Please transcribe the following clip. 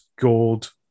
gold